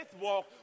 walk